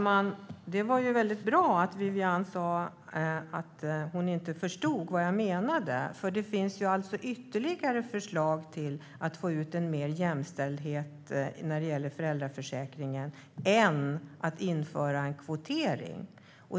Herr talman! Det var väldigt bra att Wiwi-Anne sa att hon inte förstod vad jag menade. Det finns nämligen andra förslag för att få mer jämställdhet i föräldraförsäkringen än kvotering.